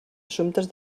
assumptes